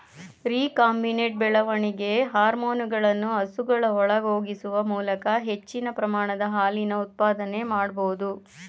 recombinant ಬೆಳವಣಿಗೆ ಹಾರ್ಮೋನುಗಳನ್ನು ಹಸುಗಳ ಒಳಹೊಗಿಸುವ ಮೂಲಕ ಹೆಚ್ಚಿನ ಪ್ರಮಾಣದ ಹಾಲಿನ ಉತ್ಪಾದನೆ ಮಾಡ್ಬೋದು